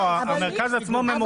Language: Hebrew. המרכז עצמו הוא ממוגן.